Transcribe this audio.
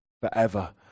forever